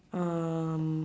um